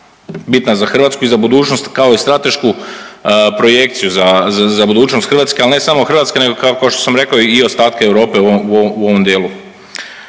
bitna za Hrvatsku i za budućnost, kao i stratešku projekciju za budućnost Hrvatske, ali ne samo Hrvatske, nego kao što sam rekao i ostatka Europe u ovom dijelu.